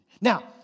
Now